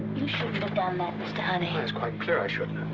you shouldn't have done that, mr. honey quite clear i shouldn't.